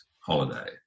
holiday